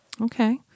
Okay